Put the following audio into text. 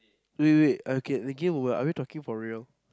wait wait wait okay again what are we talking for real